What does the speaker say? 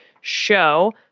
show